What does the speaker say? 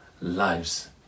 lives